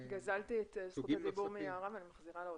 גזלתי מיערה את זכות הדיבור ואני מחזירה לה אותו.